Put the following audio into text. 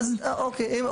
אוקיי.